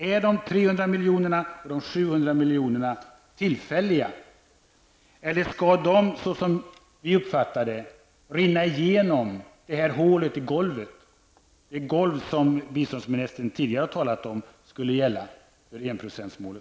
Är de 300 miljonerna och de 700 miljonerna tillfälliga, eller skall de -- såsom vi uppfattar det -- rinna igenom hålet i golvet, det golv som biståndsministern tidigare sade skulle gälla för enprocentsmålet?